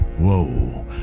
Whoa